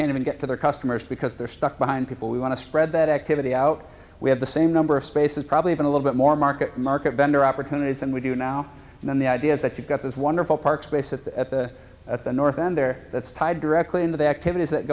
can't even get to their customers because they're stuck behind people we want to spread that activity out we have the same number of spaces probably even a little bit more market market vendor opportunities and we do now and then the idea is that you've got this wonderful park space at the at the at the north end there that's tied directly into the activities that